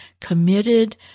committed